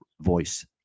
voice